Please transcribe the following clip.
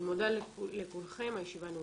אני מודה לכולכם, הישיבה נעולה.